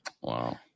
Wow